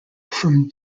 from